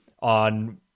on